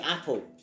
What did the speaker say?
Apple